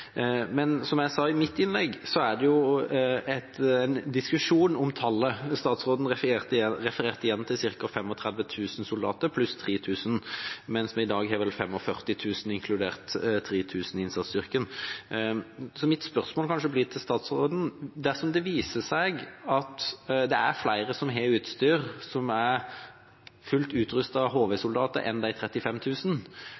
Men som jeg sa i mitt innlegg, er det en diskusjon om antallet. Statsråden refererte igjen til ca. 35 000 soldater pluss 3 000, mens vi i dag har vel 45 000 inkludert 3 000 i innsatsstyrken. Mitt spørsmål til statsråden blir: Dersom det viser seg at flere enn de 35 000 har utstyr og er fullt